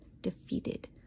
defeated